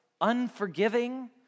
unforgiving